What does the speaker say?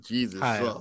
Jesus